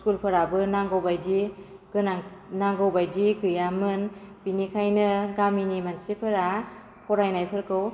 स्कुलफोराबो नांगौ बायदि गोनां नांगौ बायदियै गैयामोन बेनिखायनो गामिनि मानसिफोरा फरायनायफोरखौ